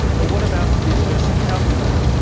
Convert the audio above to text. but what about business and government,